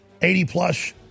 80-plus